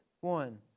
one